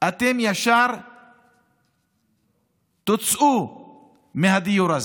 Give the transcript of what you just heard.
אתם ישר תוצאו מהדיור הזה.